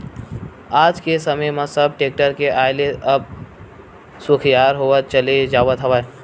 आज के समे म सब टेक्टर के आय ले अब सुखियार होवत चले जावत हवय